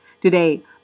today